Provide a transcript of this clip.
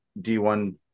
D1